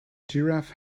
giraffe